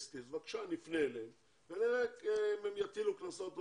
נפנה אליהם ונראה אם הם יטילו קנסות או